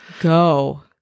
go